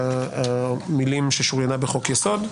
למילים "ששוריינה בחוק יסוד",